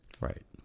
Right